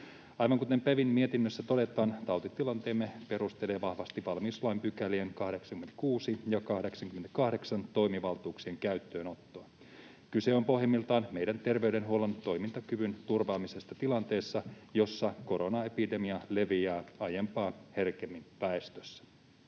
Aivan kuten PeVin mietinnössä todetaan, tautitilanteemme perustelee vahvasti valmiuslain 86 ja 88 §:ien toimivaltuuksien käyttöönottoa. Kyse on pohjimmiltaan meidän terveydenhuollon toimintakyvyn turvaamisesta tilanteessa, jossa koronaepidemia leviää aiempaa herkemmin väestössä.